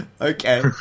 Okay